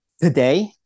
today